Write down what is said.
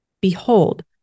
Behold